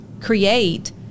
create